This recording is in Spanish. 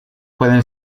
pueden